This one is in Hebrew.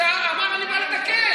אמר: אני בא לתקן.